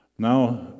Now